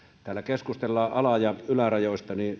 täällä keskustellaan ala ja ylärajoista niin